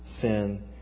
sin